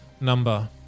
number